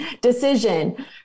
decision